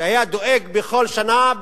שבכל שנה,